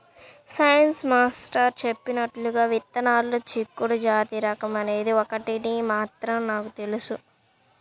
science master చెప్పినట్లుగా విత్తనాల్లో చిక్కుడు జాతి రకం అనేది ఒకటని మాత్రం నాకు తెలుసు